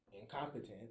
Incompetent